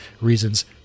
reasons